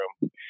room